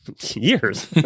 years